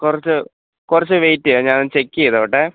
കുറച്ച് കുറച്ച് വെയിറ്റ് ചെയ്യുമോ ഞാൻ ഒന്ന് ചെക്ക് ചെയ്തോട്ടേ